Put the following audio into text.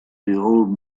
old